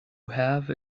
have